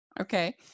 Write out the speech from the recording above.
okay